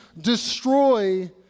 destroy